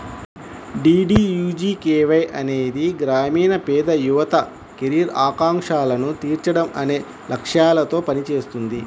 DDUGKY అనేది గ్రామీణ పేద యువత కెరీర్ ఆకాంక్షలను తీర్చడం అనే లక్ష్యాలతో పనిచేస్తుంది